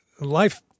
life